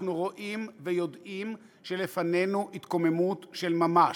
אנחנו רואים ויודעים שלפנינו התקוממות של ממש.